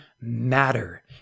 matter